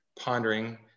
pondering